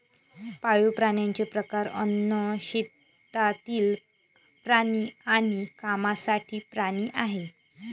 पाळीव प्राण्यांचे प्रकार अन्न, शेतातील प्राणी आणि कामासाठीचे प्राणी आहेत